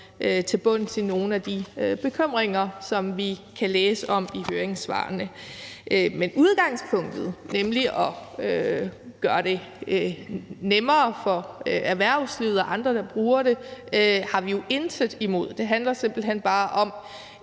til bunds i nogle af de bekymringer, som vi kan læse om i høringssvarene. Men udgangspunktet, nemlig at gøre det nemmere for erhvervslivet og andre, der bruger det, har vi jo intet imod. Det handler simpelt hen bare om